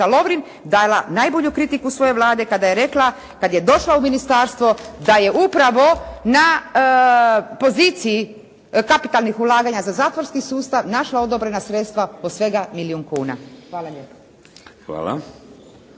Lovrin dala najbolju kritiku svoje Vlade kada je rekla kad je došla u Ministarstvo da je upravo na poziciji kapitalnih ulaganja za zatvorski sustav našla odobrena sredstva po svega milijun kuna. Hvala lijepa.